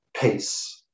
peace